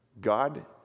God